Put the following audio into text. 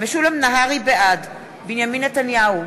בעד בנימין נתניהו,